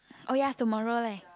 oh ya tomorrow leh